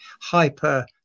hyper